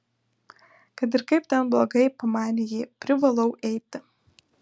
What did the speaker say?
kad ir kaip ten blogai pamanė ji privalau eiti